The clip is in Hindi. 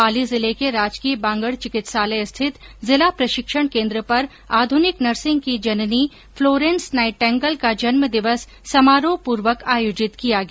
पाली जिले के राजकीय बांगड चिकित्सालय स्थित जिला प्रशिक्षण केन्द्र पर आध्रनिक नर्सिग की जननी फ्लोरेंस नाइटेंगल का जन्म दिवस समारोहपूर्वक आयोजित किया गया